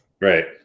Right